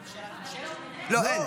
אם כן,